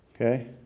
Okay